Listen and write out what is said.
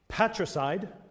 Patricide